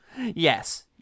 yes